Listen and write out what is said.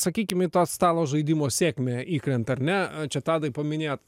sakykim į tą stalo žaidimo sėkmę įkrenta ar ne a čia tadai paminėjot